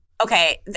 Okay